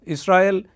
Israel